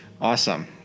Awesome